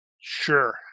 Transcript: Sure